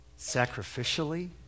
Sacrificially